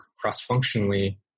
cross-functionally